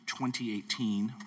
2018